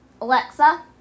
Alexa